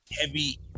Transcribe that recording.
heavy